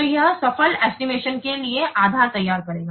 तो यह सफल एस्टिमेशन के लिए आधार तैयार करेगा